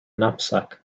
knapsack